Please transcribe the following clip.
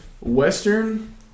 Western